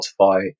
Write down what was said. Spotify